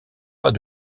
pas